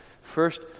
First